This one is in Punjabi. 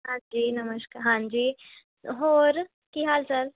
ਹਾਂਜੀ ਨਮਸਕਾਰ ਹਾਂਜੀ ਹੋਰ ਕੀ ਹਾਲ ਚਾਲ